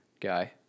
guy